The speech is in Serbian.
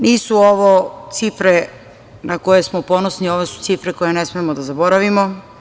Nisu ovo cifre na koje smo ponosni, ovo su cifre koje ne smemo da zaboravimo.